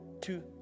two